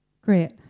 Great